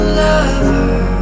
lover